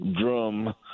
drum